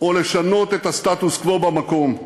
או לשנות את הסטטוס-קוו במקום.